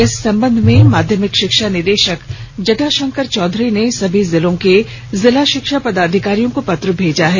इस संबंध में माध्यमिक शिक्षा निदेशक जटाशंकर चौधरी ने सभी जिलों के जिला शिक्षा पदाधिकारियों को पत्र भेजा है